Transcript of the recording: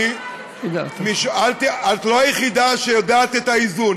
את לא היחידה שיודעת את האיזון.